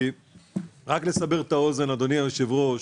רק לסבר את האוזן, אדוני היושב-ראש,